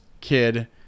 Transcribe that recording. kid